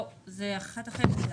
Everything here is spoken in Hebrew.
לא, זה אחת אחרת לדעתי.